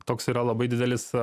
toks yra labai didelis